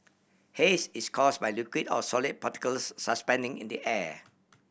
haze is cause by liquid or solid particles suspending in the air